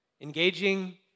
Engaging